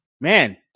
man